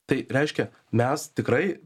tai reiškia mes tikrai